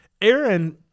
Aaron